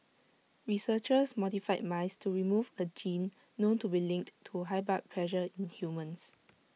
researchers modified mice to remove A gene known to be linked to high blood pressure in humans